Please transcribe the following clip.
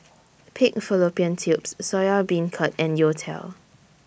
Pig Fallopian Tubes Soya Beancurd and Youtiao